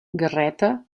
garreta